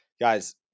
guys